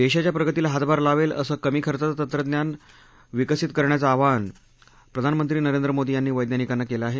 देशाच्या प्रगतीला हातभार लावेल असं कमी खर्चाचं तंत्रज्ञान विकसित करण्याचं आवाहन प्रधानमंत्री नरेंद्र मोदी यांनी वैज्ञानिकांना केलं आहे